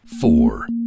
Four